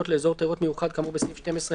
לאזור תיירות מיוחד כאמור בסעיף 12ה,